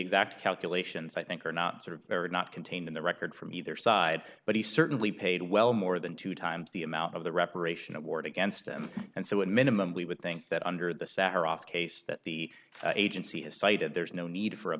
exact calculations i think are not very not contained in the record from either side but he certainly paid well more than two times the amount of the reparation award against him and so at minimum we would think that under the sahar off case that the agency has cited there's no need for a